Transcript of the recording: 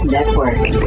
Network